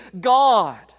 God